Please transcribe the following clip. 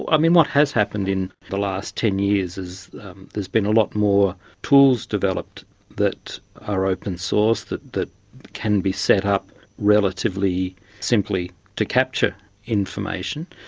um what has happened in the last ten years is there has been a lot more tools developed that are open source, that that can be set up relatively simply to capture information.